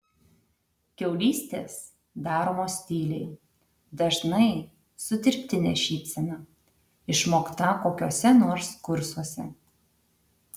kiaulystės daromos tyliai dažnai su dirbtine šypsena išmokta kokiuose nors kursuose